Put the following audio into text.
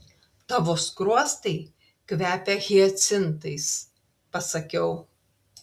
tavo skruostai kvepia hiacintais pasakiau